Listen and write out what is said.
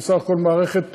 היא בסך הכול מערכת טובה.